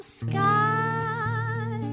sky